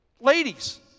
Ladies